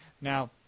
Now